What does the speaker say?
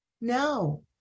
no